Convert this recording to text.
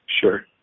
Sure